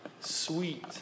sweet